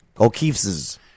O'Keefe's